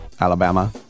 Alabama